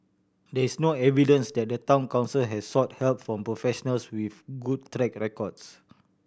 there is no evidence that the Town Council has sought help from professionals with good track records